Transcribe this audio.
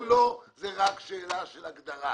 אז אם לא, זה רק שאלה של הגדרה.